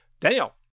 Daniel